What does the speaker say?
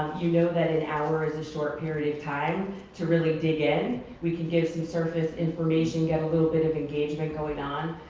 you know that an hour is a short period of time to really dig in. we can give some surface information, get a little bit of engagement going on.